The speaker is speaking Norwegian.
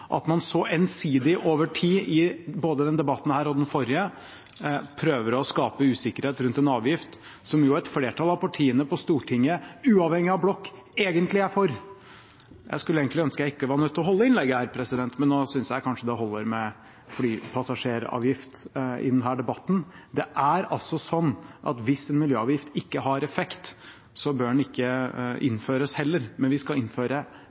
at man over tid så ensidig i både denne debatten og den forrige prøver å skape usikkerhet rundt en avgift som et flertall av partiene på Stortinget, uavhengig av blokk, egentlig er for. Jeg skulle egentlig ønske jeg ikke var nødt til å holde dette innlegget, men nå synes jeg kanskje det holder med flypassasjeravgift i denne debatten. Hvis en miljøavgift ikke har effekt, bør den heller ikke innføres. Men vi skal innføre